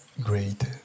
great